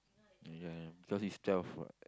because he's twelve what